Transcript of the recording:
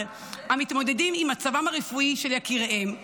המתמודדים עם מצבם הרפואי של יקיריהם,